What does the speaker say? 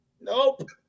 Nope